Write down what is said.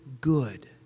good